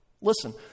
Listen